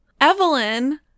Evelyn